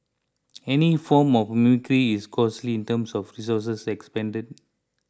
any form of mimicry is costly in terms of resources expended